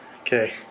Okay